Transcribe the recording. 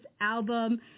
album